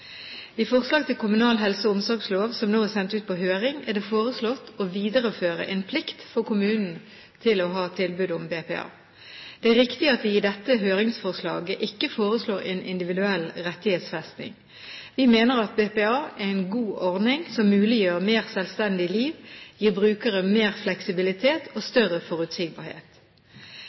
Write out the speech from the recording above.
I forslag til kommunal helse- og omsorgslov, som nå er sendt ut på høring, er det foreslått å videreføre en plikt for kommunen til å ha tilbud om BPA. Det er riktig at vi i dette høringsforslaget ikke foreslår en individuell rettighetsfesting. Vi mener at BPA er en god ordning, som muliggjør mer selvstendig liv, gir brukere mer fleksibilitet og større forutsigbarhet.